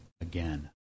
again